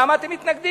למה אתם מתנגדים?